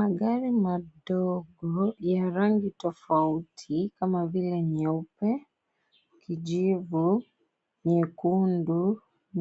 Magari madogo ya rangi tofauti kama vile nyeupe, kijivu, nyekundu,